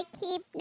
keep